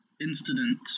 incident